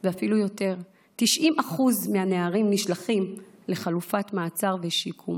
ואפילו יותר: 90% מהנערים נשלחים לחלופת מעצר ושיקום.